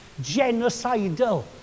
genocidal